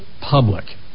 public